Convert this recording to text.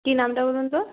কী নামটা বলুন তো